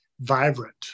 vibrant